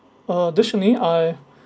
addtionally I